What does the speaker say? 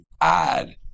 add